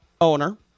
owner